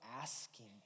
asking